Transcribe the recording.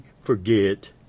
forget